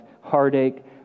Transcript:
heartache